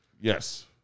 Yes